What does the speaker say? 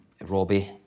Robbie